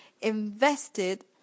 invested